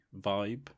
vibe